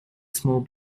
small